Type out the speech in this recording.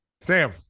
sam